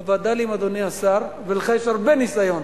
בווד"לים, אדוני השר, ולך יש הרבה ניסיון